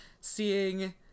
seeing